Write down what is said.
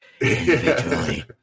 Individually